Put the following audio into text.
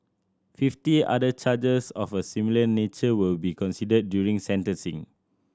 fifty other charges of a similar nature will be considered during sentencing